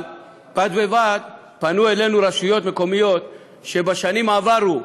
אבל בד בבד פנו אלינו רשויות מקומיות שבשנים עברו